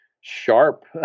sharp